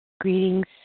Greetings